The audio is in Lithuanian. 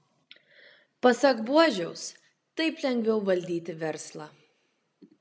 pasak buožiaus taip lengviau valdyti verslą